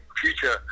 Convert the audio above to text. future